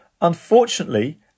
Unfortunately